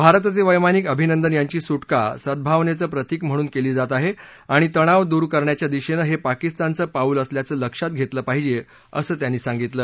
भारताचे वैमानिक यांची सुटका सद्भवनेचं प्रतिक म्हणून केली जात आहे आणि तणाव दूर करण्याच्या दिशेनं हे पाकिस्तानचं पाऊल असल्याचं लक्षात घेतलं पाहिजे असं ते म्हणाले